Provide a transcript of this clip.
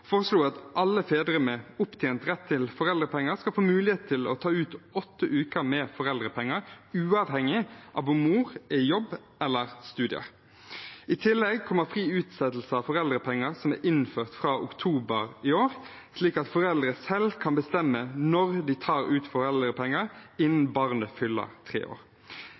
foreslo at alle fedre med opptjent rett til foreldrepenger skal få muligheten til å ta ut åtte uker med foreldrepenger uavhengig av om mor er i jobb eller studier. I tillegg kommer fri utsettelse av foreldrepenger, som er innført fra oktober i år, slik at foreldre selv kan bestemme når de skal ta ut foreldrepenger innen barnet fyller tre år.